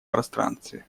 пространстве